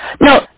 no